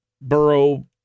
borough